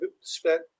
spent